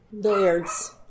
billiards